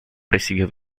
recibió